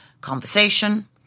conversation